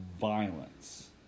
violence